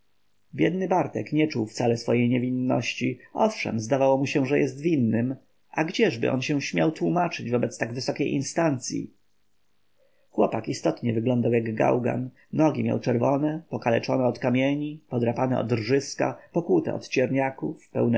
biedny bartek nie czuł wcale swojej niewinności owszem zdawało mu się że jest winnym a gdzieżby on się śmiał tłómaczyć wobec tak wysokiej instancyi chłopiec istotnie wyglądał jak gałgan nogi miał czerwone pokaleczone od kamieni podrapane od rżyska pokłute od cierniaków